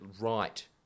right